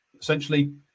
essentially